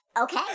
okay